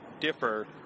differ